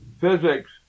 Physics